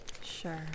Sure